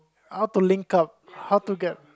how to link up how to get